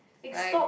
like stop